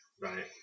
Right